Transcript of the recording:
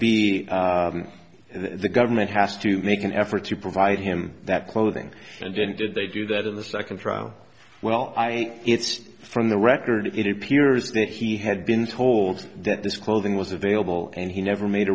be the government has to make an effort to provide him that clothing and then did they do that in the second trial well i it's from the record it appears that he had been told that this clothing was available and he never made